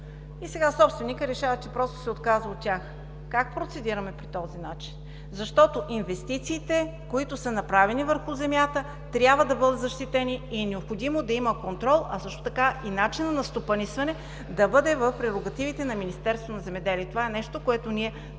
и сега собственикът решава, че просто се отказва от тях, как процедираме по този начин? Инвестициите, които са направени върху земята, трябва да бъдат защитени и е необходимо да има контрол, а също така и начина на стопанисване да бъде в прерогативите на Министерство на земеделието. Това е нещото, което ние